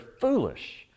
foolish